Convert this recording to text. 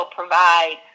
provide